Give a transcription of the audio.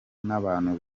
n’abantu